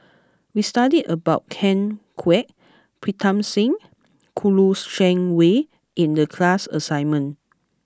we studied about Ken Kwek Pritam Singh Kouo Shang Wei in the class assignment